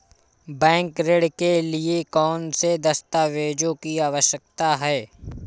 Bank ऋण के लिए कौन से दस्तावेजों की आवश्यकता है?